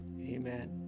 Amen